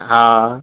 हँ